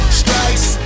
strikes